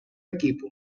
equipo